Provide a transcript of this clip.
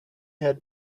had